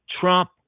Trump